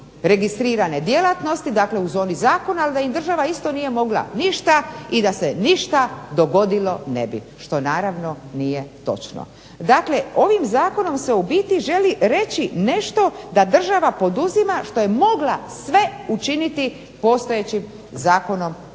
registrirane djelatnosti, dakle u zoni zakona, ali da im država isto nije mogla ništa i da se ništa dogodilo ne bi što naravno nije točno. Dakle, ovim zakonom se u biti želi reći nešto da država poduzima što je mogla sve učiniti postojećim zakonom